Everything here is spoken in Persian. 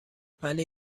ولی